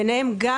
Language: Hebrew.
ביניהם גם